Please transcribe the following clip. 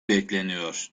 bekleniyor